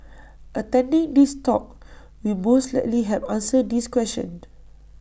attending this talk will most likely help answer this question